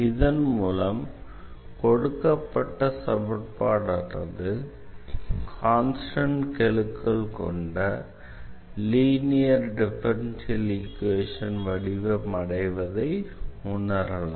இதன் மூலம் கொடுக்கப்பட்ட சமன்பாடானது கான்ஸ்டண்ட் கெழுக்கள் கொண்ட லீனியர் டிஃபரன்ஷியல் ஈக்வேஷன் வடிவம் அடைவதை உணரலாம்